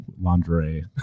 lingerie